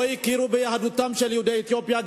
לא הכירו ביהדותם של יהודי אתיופיה,